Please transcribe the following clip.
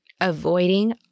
Avoiding